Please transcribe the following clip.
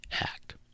act